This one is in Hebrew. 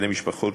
אלה משפחות